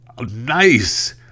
nice